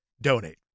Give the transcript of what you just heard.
Donate